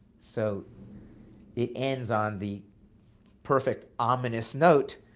so it ends on the perfect ominous note,